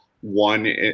one